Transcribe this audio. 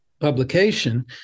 publication